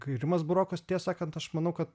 kai rimas burokas tiesą sakant aš manau kad